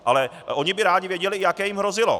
Ale oni by rádi věděli, jaké jim hrozilo.